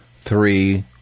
three